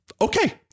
Okay